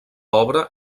obra